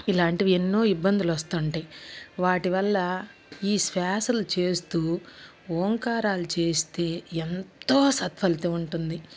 ఇలాంటివి ఎన్నో ఇబ్బందులు వస్తుంటాయి వాటి వల్ల ఈ శ్వాసలు చేస్తూ ఓం కారాలు చేస్తే ఎంతో సత్ఫలితం ఉంటుంది